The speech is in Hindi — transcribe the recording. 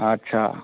अच्छा